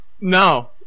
No